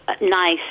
nice